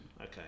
Okay